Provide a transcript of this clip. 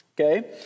Okay